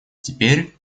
теперь